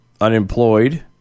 unemployed